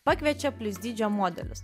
pakviečia plius dydžio modelius